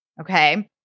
okay